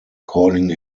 calling